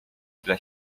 dla